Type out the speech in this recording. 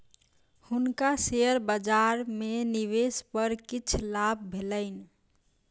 हुनका शेयर बजार में निवेश पर किछ लाभ भेलैन